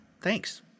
Thanks